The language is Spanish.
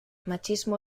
machismo